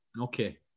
Okay